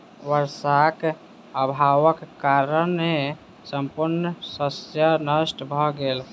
वर्षाक अभावक कारणेँ संपूर्ण शस्य नष्ट भ गेल